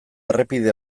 errepide